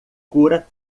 cura